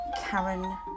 Karen